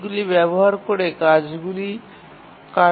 এগুলি ব্যবহার করে কাজগুলি কার্যকর করতে হবে